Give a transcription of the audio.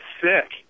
sick